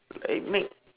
like mac